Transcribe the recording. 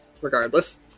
regardless